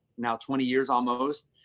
now twenty years almost.